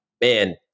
man